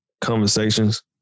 conversations